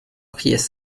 priest